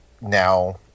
now